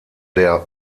der